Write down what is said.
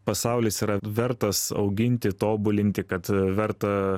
pasaulis yra vertas auginti tobulinti kad verta